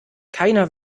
keiner